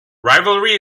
rivalry